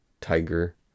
Tiger